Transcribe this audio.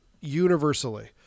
universally